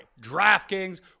DraftKings